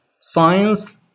science